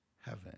heaven